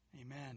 Amen